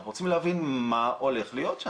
אנחנו רוצים להבין מה הולך להיות שם,